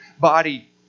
body